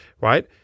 right